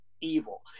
evil